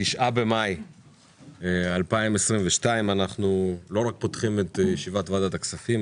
9 במאי 2022. אנחנו לא רק פותחים את ישיבת ועדת הכספים,